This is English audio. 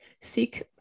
seek